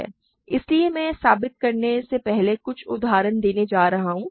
इसलिए मैं इसे साबित करने से पहले कुछ उदाहरण देने जा रहा हूं